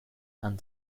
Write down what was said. and